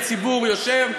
הציבור יושב,